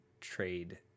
trade